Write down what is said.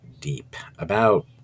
deep—about